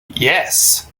yes